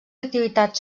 activitats